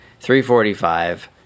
345